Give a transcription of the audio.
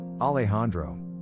Alejandro